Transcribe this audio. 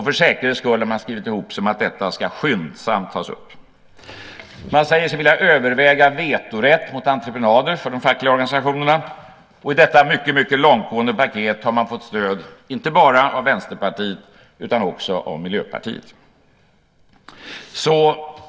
För säkerhets skull har man skrivit ihop sig om att detta ska tas upp skyndsamt. Man säger sig vilja överväga vetorätt mot entreprenader för de fackliga organisationerna. Och i detta mycket långtgående paket har man fått stöd inte bara av Vänsterpartiet utan också av Miljöpartiet.